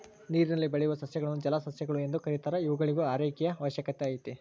ನೀರಿನಲ್ಲಿ ಬೆಳೆಯುವ ಸಸ್ಯಗಳನ್ನು ಜಲಸಸ್ಯಗಳು ಎಂದು ಕೆರೀತಾರ ಇವುಗಳಿಗೂ ಆರೈಕೆಯ ಅವಶ್ಯಕತೆ ಐತೆ